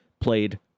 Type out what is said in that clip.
played